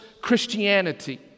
Christianity